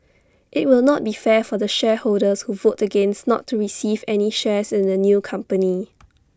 IT will not be fair for the shareholders who vote against not to receive any shares in the new company